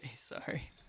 sorry